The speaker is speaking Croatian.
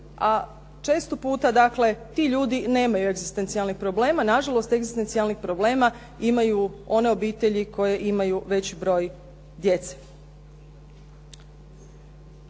a često puta dakle ti ljudi nemaju egzistencijalnih problema. Nažalost, egzistencijalnih problema imaju one obitelji koje imaju veći broj djece.